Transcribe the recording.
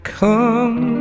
come